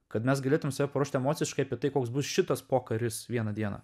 kad mes galėtume paruošti emociškai apie tai koks bus šitas pokaris vieną dieną